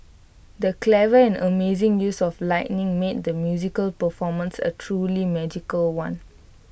the clever and amazing use of lightning made the musical performance A truly magical one